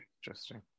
Interesting